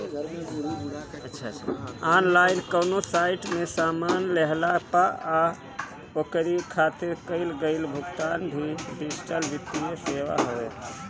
online कवनो site से सामान लेहला पअ ओकरी खातिर कईल गईल भुगतान भी डिजिटल वित्तीय सेवा हवे